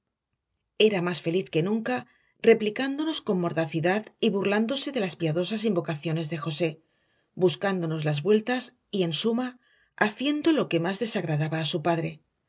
era más feliz que nunca replicándonos con mordacidad y burlándose de las piadosas invocaciones de josé buscándonos las vueltas y en suma haciendo lo que más desagradaba a su padre